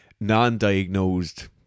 non-diagnosed